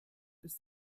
ist